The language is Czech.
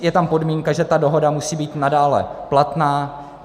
Je tam podmínka, že ta dohoda musí být nadále platná.